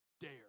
dare